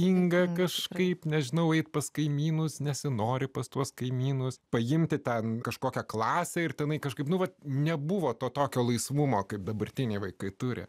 inga kažkaip nežinau eiti pas kaimynus nesinori pas tuos kaimynus paimti ten kažkokią klasę ir tenai kažkaip nu vat nebuvo tokio laisvumo kaip dabartiniai vaikai turi